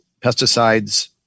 pesticides